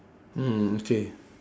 mm okay